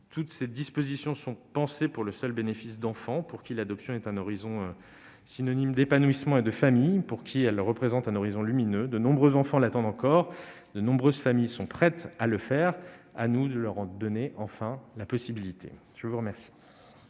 Toutes ces dispositions sont pensées pour le seul bénéfice d'enfants pour qui l'adoption est un horizon synonyme d'épanouissement et de familles, pour qui celle-ci représente un horizon lumineux. De nombreux enfants l'attendent encore. De nombreuses familles sont prêtes à le faire. À nous de leur en donner enfin la possibilité. La parole